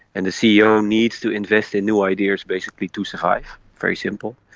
and the ceo needs to invest in new ideas basically to survive. very simple.